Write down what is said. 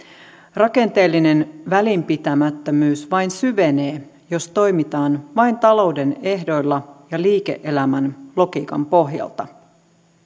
rakenteellinen välinpitämättömyys vain syvenee jos toimitaan vain talouden ehdoilla ja liike elämän logiikan pohjalta